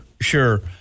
sure